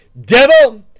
Devil